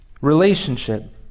relationship